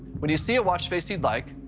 when you see a watch face you'd like,